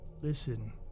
Listen